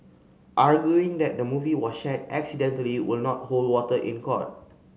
arguing that the movie was shared accidentally will not hold water in court